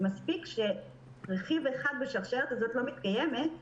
מספיק שרכיב אחד בשרשרת הזו לא מתקיים,